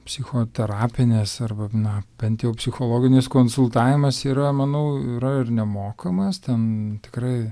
psichoterapinės arba na bent jau psichologinis konsultavimas yra manau yra ir nemokamas ten tikrai